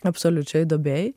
absoliučioj duobėj